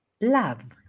love